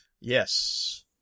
Yes